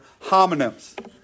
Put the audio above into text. homonyms